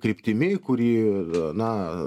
kryptimi kuri a na